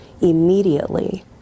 immediately